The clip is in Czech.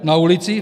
Na ulici?